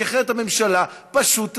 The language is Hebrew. כי אחרת הממשלה פשוט תזלזל.